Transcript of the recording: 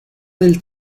del